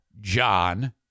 John